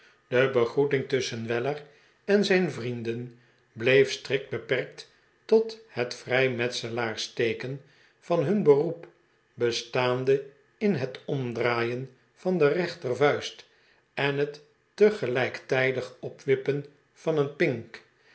de begrqeting tusschen weller en zijn vrienden bleef strikt beperkt tot het vrijmetselaarsteeken van hun beroep bestaande in het omdraaien van de reenter vuist en een gelijktijdig opwippen van den pink